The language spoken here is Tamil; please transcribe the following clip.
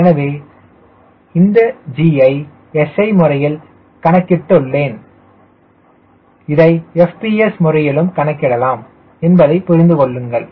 எனவே இந்த G ஐ SI முறையில் கணக்கிட்டுள்ளேன் இதை FPS முறையிலும் கணக்கிடலாம் என்பதை புரிந்து கொள்ளுங்கள்